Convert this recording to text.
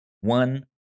one